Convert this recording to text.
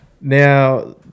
Now